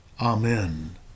Amen